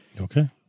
Okay